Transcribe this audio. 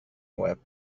łeb